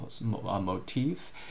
motif